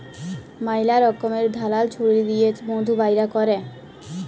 ম্যালা রকমের ধারাল ছুরি দিঁয়ে মধু বাইর ক্যরে